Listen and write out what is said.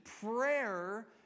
Prayer